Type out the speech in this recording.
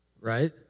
right